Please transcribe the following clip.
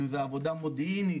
אם זה עבודה מודיעינית,